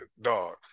dog